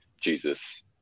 Jesus